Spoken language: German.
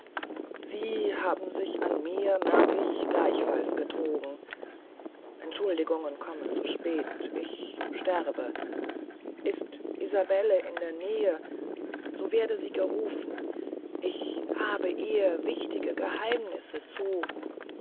sie haben sich an mir merk ich gleichfalls betrogen entschuldigungen kommen zu spät ich sterbe ist isabelle in der nähe so werde sie gerufen ich habe ihr wichtige geheimnisse zu